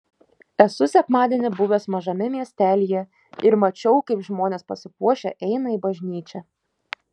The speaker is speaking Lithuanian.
esu sekmadienį buvęs mažame miestelyje ir mačiau kaip žmonės pasipuošę eina į bažnyčią